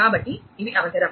కాబట్టి ఇవి అవసరం